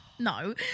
No